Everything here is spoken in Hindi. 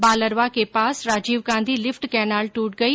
बालरवा के पास राजीव गांधी लिफ्ट कैनाल ट्रट गई